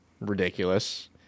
ridiculous